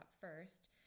first